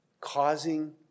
causing